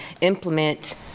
implement